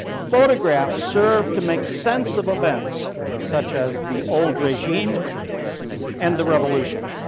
photographs served to make sense of events such as the old regime and the revolution.